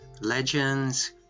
legends